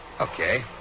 Okay